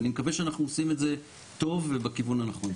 אני מקווה שאנחנו עושים את זה טוב, ובכיוון הנכון.